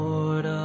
Lord